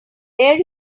there